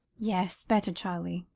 yes, better, charlie.